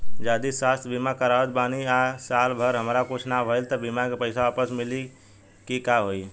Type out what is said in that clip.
जदि स्वास्थ्य बीमा करावत बानी आ साल भर हमरा कुछ ना भइल त बीमा के पईसा वापस मिली की का होई?